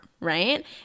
right